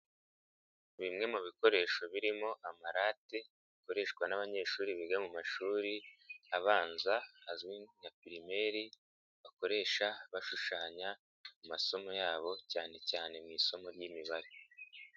Bimwe mu bikoresho birimo amarate bikoreshwa n'abanyeshuri biga mu mashuri abanza azwi nka pirimeri bakoresha bashushanya mu masomo yabo cyane cyane mu isomo ry'Imibare.